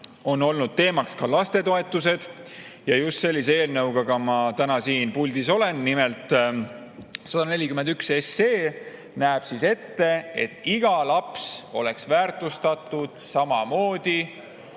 on olnud teemaks ka lastetoetused. Just sellise eelnõuga ma täna siin puldis olen. Nimelt, 141 SE näeb ette, et iga laps oleks väärtustatud samamoodi